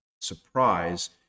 surprise